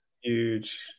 huge